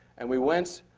and we went